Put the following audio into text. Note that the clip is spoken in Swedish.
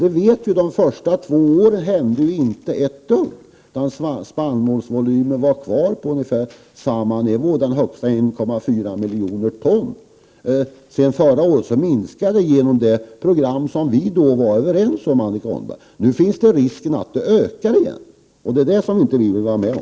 Vi vet ju att det inte hände någonting 35 de två första åren, utan spannmålsvolymen var kvar på ungefär samma höga nivå — 1,4 miljoner ton. Förra året minskade volymen, på grund av det program som vi då var överens om, Annika Åhnberg. Nu finns det risk för att den ökar igen. Det vill vi inte vara med om.